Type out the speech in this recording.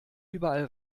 überall